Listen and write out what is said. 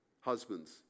Husbands